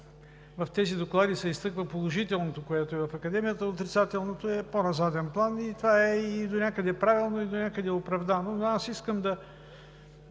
В тези доклади се изтъква положителното, което е в Академията, а отрицателното е на по-заден план – това донякъде е и правилно, и оправдано,